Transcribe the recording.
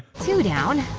two down,